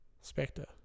Spectre